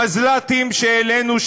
מזל"טים שהעלינו,